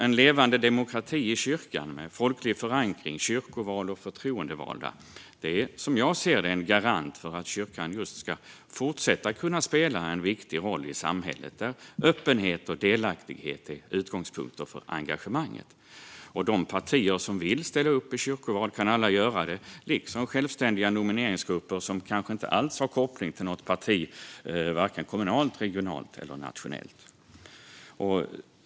En levande demokrati i kyrkan med folklig förankring, kyrkoval och förtroendevalda är som jag ser det en garant för att kyrkan ska kunna fortsätta att spela en viktig roll i samhället där öppenhet och delaktighet är utgångspunkter för engagemanget. De partier som vill ställa upp i kyrkoval kan alla göra det, liksom självständiga nomineringsgrupper som kanske inte alls har koppling till något parti varken kommunalt, regionalt eller nationellt.